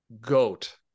GOAT